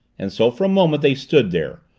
and so for a moment they stood there,